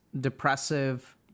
depressive